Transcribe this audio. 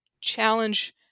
challenge